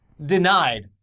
denied